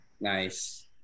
Nice